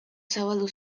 zabaldu